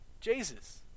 Jesus